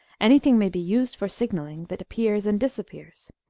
anything may be used for signalling, that appears and disappears,